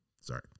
Sorry